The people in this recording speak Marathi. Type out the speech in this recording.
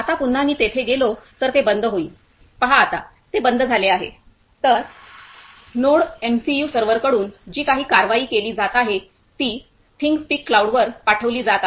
आता पुन्हा मी तिथे गेलो तर ते बंद होईल पहा आता ते बंद झाले आहे तर नोडिएमसीयू सर्व्हरकडून जी काही कारवाई केली जात आहे ती थिंगस्पीक क्लाउडवर पाठविली जात आहे